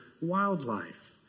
wildlife